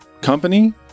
company